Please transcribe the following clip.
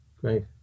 Great